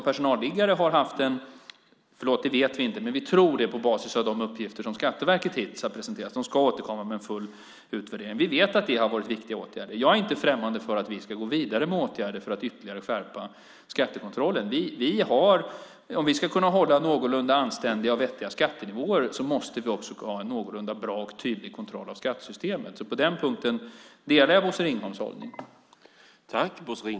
På basis av de uppgifter som Skatteverket hittills har presenterat - de ska återkomma med en full utvärdering - tror vi att förslaget om personalliggare har varit en viktig åtgärd. Jag är inte främmande för att vi ska gå vidare med åtgärder för att ytterligare skärpa skattekontrollen. Om vi ska kunna hålla någorlunda anständiga och vettiga skattenivåer måste vi ha en någorlunda bra och tydlig kontroll av skattesystemet. På den punkten delar jag Bosse Ringholms hållning.